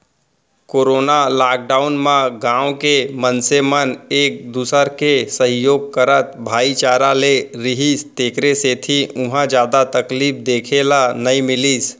corona lockdown म गाँव के मनसे मन एक दूसर के सहयोग करत भाईचारा ले रिहिस तेखर सेती उहाँ जादा तकलीफ देखे ल नइ मिलिस